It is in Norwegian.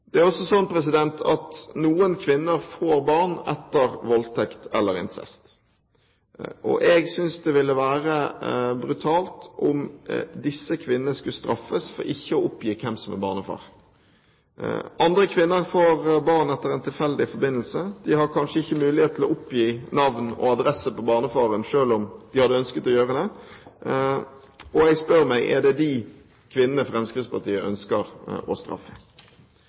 Det er også slik at noen kvinner får barn etter voldtekt eller incest. Jeg synes det ville være brutalt om disse kvinnene skulle straffes for ikke å oppgi hvem som er barnefar. Andre kvinner får barn etter en tilfeldig forbindelse. De har kanskje ikke mulighet til å oppgi navn og adresse på barnefaren selv om de hadde ønsket å gjøre det. Og jeg spør meg: Er det disse kvinnene Fremskrittspartiet ønsker å straffe?